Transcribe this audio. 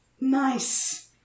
Nice